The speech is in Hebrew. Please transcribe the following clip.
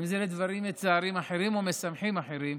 אם זה לדברים מצערים אחרים ומשמחים אחרים,